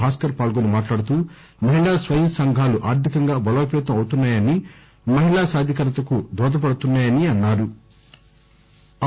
భాస్కర్ పాల్గొని మాట్లాడుతూ మహిళా స్వయం సంఘాలు ఆర్షికంగా బలోపేతం అవుతున్నా యని మహిళా సాధికారతకు దోహదపడుతున్నా యని అన్సారు